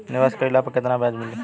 निवेश काइला पर कितना ब्याज मिली?